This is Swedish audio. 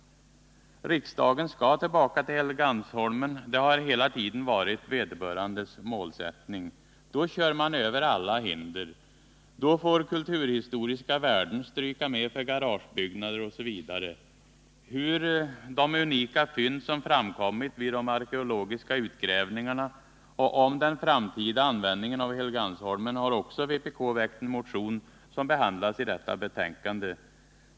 Riksdagen skall tillbaka till Helgeandsholmen, det har hela tiden varit vederbörandes målsättning. Då kör man över alla hinder. Då får kulturhistoriska värden stryka med för garagebyggnader osv. Vpk har också väckt en motion, som behandlas i detta betänkande, om hur man skall förfara med de unika fynd som framkommit vid de arkeologiska utgrävningarna och om den framtida användningen av Helgeandsholmen.